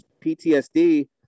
PTSD